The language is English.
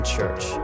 Church